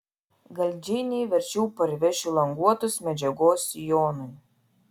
gal džeinei verčiau parvešiu languotos medžiagos sijonui